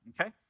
okay